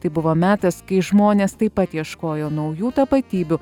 tai buvo metas kai žmonės taip pat ieškojo naujų tapatybių